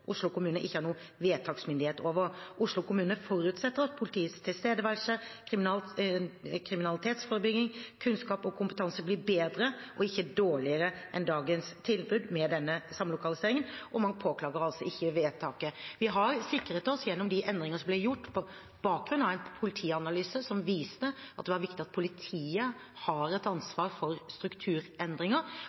Oslo kommune ikke har noe vedtaksmyndighet over. Oslo kommune forutsetter at politiets tilstedeværelse, kriminalitetsforebygging, kunnskap og kompetanse blir bedre og ikke dårligere enn dagens tilbud med denne samlokaliseringen.» Man påklager altså ikke vedtaket. Vi har sikret oss, gjennom de endringer som ble gjort, på bakgrunn av en politianalyse som viste at det var viktig at politiet har et ansvar for strukturendringer,